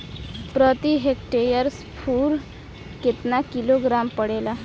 प्रति हेक्टेयर स्फूर केतना किलोग्राम पड़ेला?